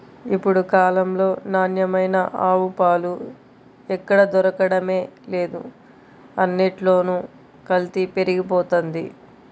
ఇప్పుడు కాలంలో నాణ్యమైన ఆవు పాలు ఎక్కడ దొరకడమే లేదు, అన్నిట్లోనూ కల్తీ పెరిగిపోతంది